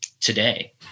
today